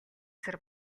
сар